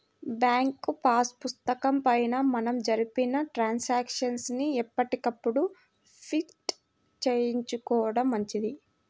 bank pass పుస్తకం పైన మనం జరిపిన ట్రాన్సాక్షన్స్ ని ఎప్పటికప్పుడు ప్రింట్ చేయించుకోడం మంచిది